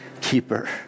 keeper